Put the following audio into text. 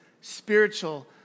spiritual